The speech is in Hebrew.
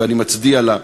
ואני מצדיע לה.